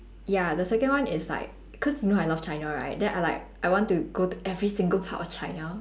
ya the second one is like because you know I love china right then I like I want to go to every single part of china